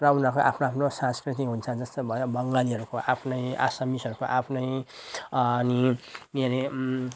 र उनीहरूको आफ्नो आफ्नो संस्कृति हुन्छ जस्तो भयो बङ्गालीहरूको आफ्नै आसामिसहरूको आफ्नै अनि के अरे